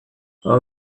our